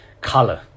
color